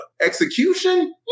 Execution